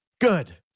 Good